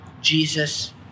jesus